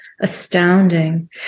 Astounding